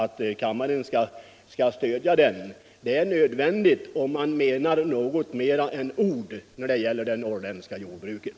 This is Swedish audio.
De åtgärder som där föreslås är nödvändiga för att det skall bli någonting av de vackra orden om det norrländska jordbruket.